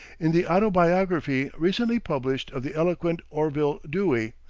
in the autobiography recently published of the eloquent orville dewey,